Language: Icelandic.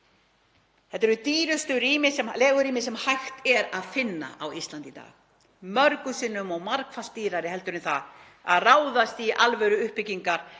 Þetta eru dýrustu legurými sem hægt er að finna á Íslandi í dag, mörgum sinnum og margfalt dýrari heldur en það að ráðast í alvöruuppbyggingu,